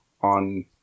on